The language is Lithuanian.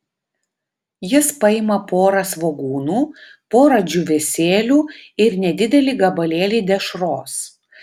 jis paima porą svogūnų porą džiūvėsėlių ir nedidelį gabalėlį dešros